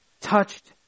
touched